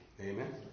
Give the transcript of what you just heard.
Amen